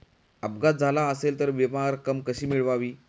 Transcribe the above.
अपघात झाला असेल तर विमा रक्कम कशी मिळवावी?